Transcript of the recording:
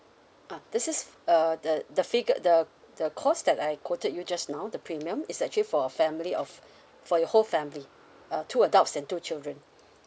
ah this is uh the the figure the the cost that I quoted you just now the premium is actually for a family of f~ for your whole family uh two adults and two children